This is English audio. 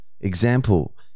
Example